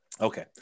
Okay